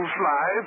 fly